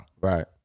Right